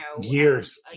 years